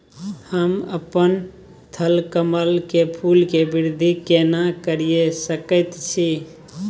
हम अपन थलकमल के फूल के वृद्धि केना करिये सकेत छी?